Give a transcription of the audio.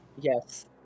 Yes